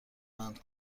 مند